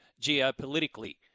geopolitically